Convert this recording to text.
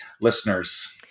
listeners